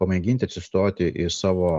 pamėginti atsistoti į savo